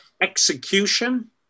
execution